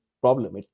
problem